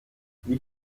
wie